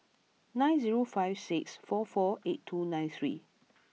nine zero five six four four eight two nine three